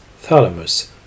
thalamus